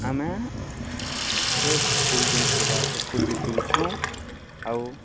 ଆମେ ସେ ଫୁଲ ଯେନ୍ ଥିବା ସେ ଫୁଲକେ ତୁଲସୁଁ ଆଉ